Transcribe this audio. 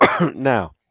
Now